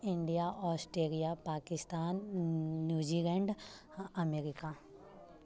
India Australia Pakistan New Zealand America